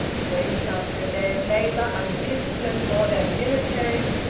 whence after a day of labour under discipline more than military,